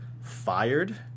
fired